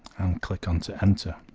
and click on to enter